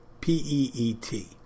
P-E-E-T